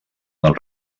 del